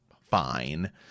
fine